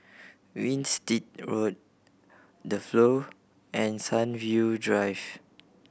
Winstedt Road The Flow and Sunview Drive